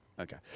Okay